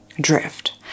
Drift